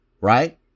right